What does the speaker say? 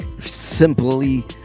simply